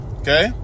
okay